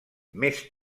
més